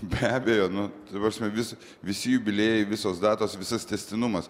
be abejo nu ta prasme visi visi jubiliejai visos datos visas tęstinumas